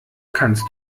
kannst